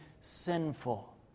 sinful